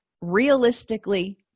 realistically